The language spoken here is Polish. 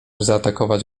zaatakować